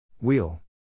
Wheel